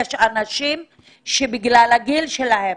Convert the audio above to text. יש אנשים שבגלל גילם,